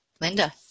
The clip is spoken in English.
Linda